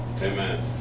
Amen